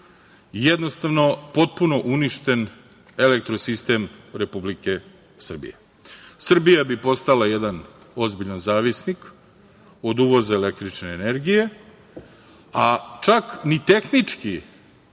jednostavno potpuno uništen elektrosistem Republike Srbije. Srbija bi postala jedan ozbiljan zavisnik od uvoza električne energije, a čak ni tehnički